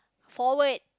forward